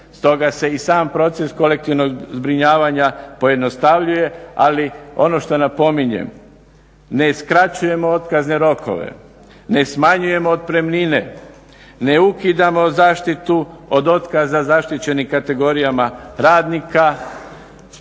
Stoga se i sam proces kolektivnog zbrinjavanja pojednostavljuje, ali ono što napominjem, ne skraćujemo otkazne rokove, ne smanjujemo otpremnine, ne ukidamo zaštitu od otkaza zaštićenih kategorijama radnika,